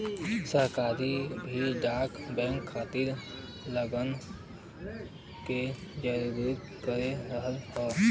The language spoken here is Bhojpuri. सरकार भी डाक बैंक खातिर लोगन क जागरूक कर रहल हौ